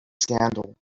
scandal